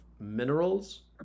minerals